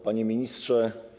Panie Ministrze!